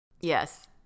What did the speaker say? yes